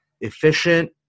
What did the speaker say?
efficient